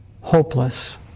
hopeless